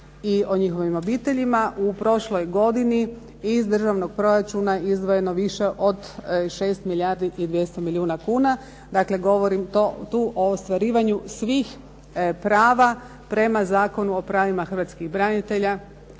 i o njihovim obiteljima u prošloj godini iz državnog proračuna izdvojeno više od 6 milijardi i 200 milijuna kuna. Dakle, govorim tu o ostvarivanju svih prava prema Zakonu o pravima hrvatskih branitelja